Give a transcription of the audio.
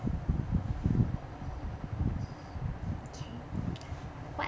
what